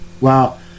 Wow